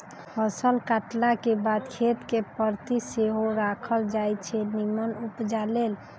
फसल काटलाके बाद खेत कें परति सेहो राखल जाई छै निम्मन उपजा लेल